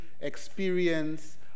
experience